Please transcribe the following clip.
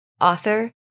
author